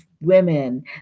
women